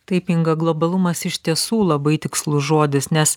taip inga globalumas iš tiesų labai tikslus žodis nes